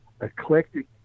eclectic